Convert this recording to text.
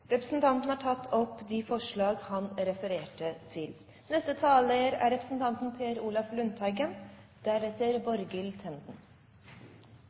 Representanten Jørund Rytman har tatt opp de forslag han refererte til. Det er